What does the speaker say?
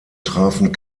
trafen